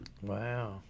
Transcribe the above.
Wow